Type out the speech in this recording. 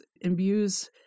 imbues